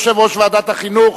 יושב-ראש ועדת החינוך,